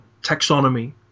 taxonomy